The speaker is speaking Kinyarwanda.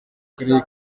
karere